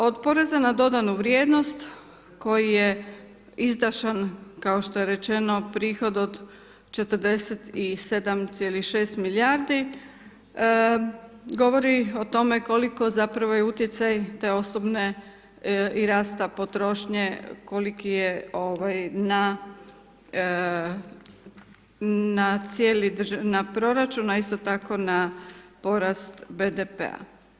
Od poreza na dodanu vrijednost, koji je izdašan kao što je rečeno prihod od 47,6 milijardi, govori o tome, koliko zapravo je utjecaj te osobne i rasta potrošnje, koliki je na cijeli, na proračun, a isto tako i na porast BDP-a.